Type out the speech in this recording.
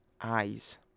eyes